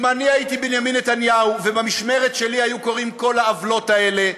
אם אני הייתי בנימין נתניהו ובמשמרת שלי היו קורות כל העוולות האלה,